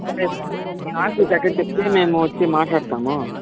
సరే సార్ మీ office address చెప్తే మేము వచ్చి మాట్లాడుతాము